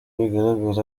bigaragara